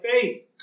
faith